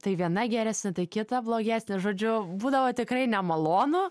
tai viena geresnė tai kita blogesnė žodžiu būdavo tikrai nemalonu